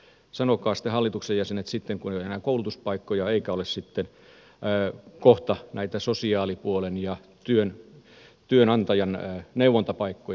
sanokaa sitten hallituksen jäsenet kun ei ole enää koulutuspaikkoja eikä ole kohta näitä sosiaalipuolen ja työnantajan neuvontapaikkoja